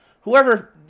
whoever